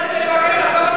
אתם שאלתם איפה הכסף,